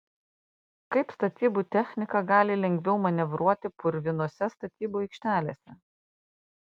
kaip statybų technika gali lengviau manevruoti purvinose statybų aikštelėse